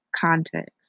context